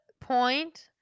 point